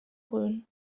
rhön